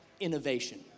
innovation